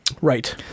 Right